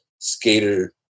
skater